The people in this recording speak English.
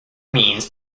means